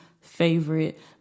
favorite